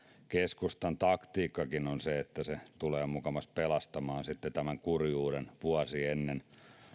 keskustankin taktiikka on se että se tulee mukamas pelastamaan sitten tämän kurjuuden vuosi ennen